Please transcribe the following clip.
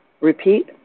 repeat